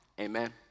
Amen